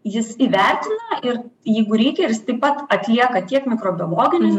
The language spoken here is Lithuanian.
jis įvertina ir jeigu reikia ir jis taip pat atlieka tiek mikrobiologinius